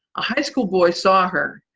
a high school boy saw her,